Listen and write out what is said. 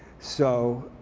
so